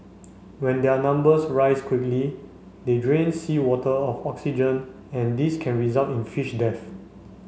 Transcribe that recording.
when their numbers rise quickly they drain seawater of oxygen and this can result in fish death